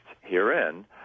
herein